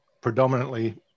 predominantly